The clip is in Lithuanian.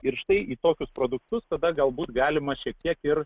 ir štai į tokius produktus tada galbūt galima šiek tiek ir